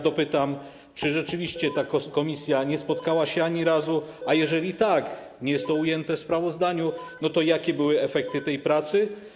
Dopytam: Czy rzeczywiście ta komisja nie spotkała się ani razu, a jeżeli tak, bo nie jest to ujęte w sprawozdaniu, to jakie były efekty tej pracy?